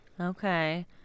Okay